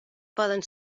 poden